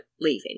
leaving